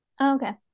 Okay